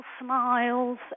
smiles